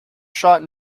shot